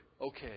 okay